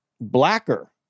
blacker